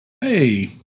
Hey